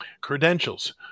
credentials